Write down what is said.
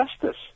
justice